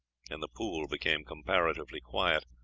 and the pool became comparatively quiet,